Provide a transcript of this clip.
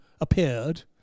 appeared